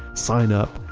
sign up,